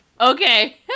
okay